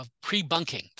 pre-bunking